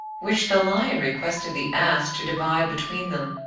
which the lion requested the ass to divide between them.